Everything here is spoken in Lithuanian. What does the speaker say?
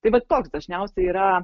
tai vat toks dažniausiai yra